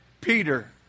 Peter